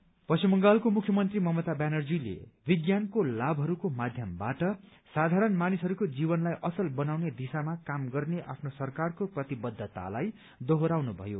science पश्चिम बंगालको मुख्यमन्त्री ममता व्यानर्जीले विज्ञानको लाभहरूको माध्यमबाट साधारण मानिसहरूको जीवनलाई असल बनाने दिशामा काम गर्ने आफ्नो सरकारको प्रतिबद्धतालाई दोहोरयाउनु भयो